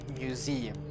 museum